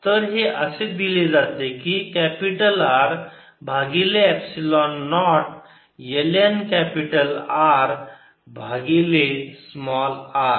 तर हे असे दिले जाते की कॅपिटल R भागिले epsilon naught l n capital R भागिले स्मॉल r